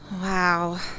Wow